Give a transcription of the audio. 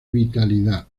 vitalidad